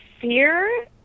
fear